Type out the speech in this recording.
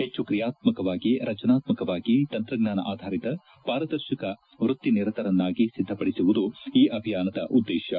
ಹೆಚ್ಚು ಕ್ರಿಯಾತ್ಮಕವಾಗಿ ರಚನಾತ್ಮಕವಾಗಿ ತಂತ್ರಜ್ಞಾನ ಆಧಾರಿತ ಪಾರದರ್ಶಕ ವೃತ್ತಿನಿರತರನ್ನಾಗಿ ಸಿದ್ಧಪಡಿಸುವುದು ಈ ಅಭಿಯಾನದ ಉದ್ದೇಶವಾಗಿದೆ